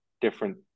different